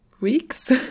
weeks